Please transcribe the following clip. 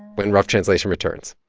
when rough translation returns